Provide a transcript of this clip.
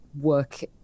work